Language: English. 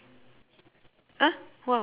!huh! !wow!